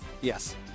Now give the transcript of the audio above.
yes